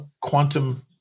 quantum